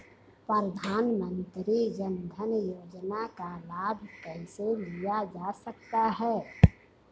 प्रधानमंत्री जनधन योजना का लाभ कैसे लिया जा सकता है?